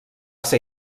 ser